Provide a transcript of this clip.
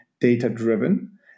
data-driven